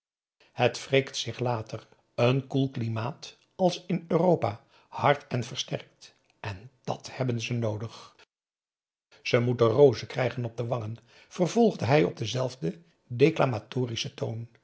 het wreekt zich later een koel klimaat als in europa hardt en versterkt en dàt hebben ze noodig ze moeten rozen krijgen op de wangen vervolgde hij op denzelfden declamatorischen toon